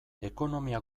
ekonomia